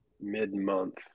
mid-month